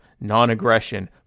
non-aggression